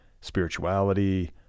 spirituality